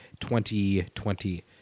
2020